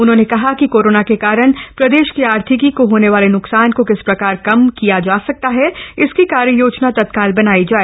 उन्होंने कहा कि कोरोना के कारण प्रदेश की आर्थिकी को होने वाले नुकसान को किस प्रकार कम से कम किया जा सकता है इसकी कार्ययोजना तत्काल बनाई जाए